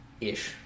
ish